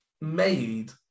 made